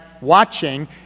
watching